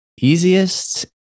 easiest